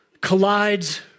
collides